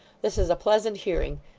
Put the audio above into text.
this is a pleasant hearing.